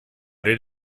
did